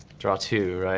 draw two,